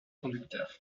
conducteur